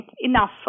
enough